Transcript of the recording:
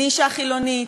אני אישה חילונית,